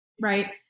right